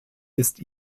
ist